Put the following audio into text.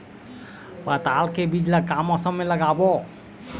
पताल के बीज ला का मौसम मे लगाबो?